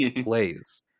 plays